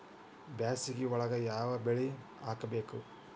ಬ್ಯಾಸಗಿ ಒಳಗ ಯಾವ ಬೆಳಿ ಹಾಕಬೇಕು?